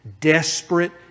desperate